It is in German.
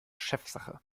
chefsache